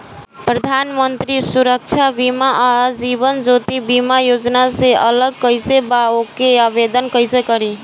प्रधानमंत्री सुरक्षा बीमा आ जीवन ज्योति बीमा योजना से अलग कईसे बा ओमे आवदेन कईसे करी?